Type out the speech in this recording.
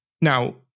Now